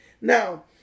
Now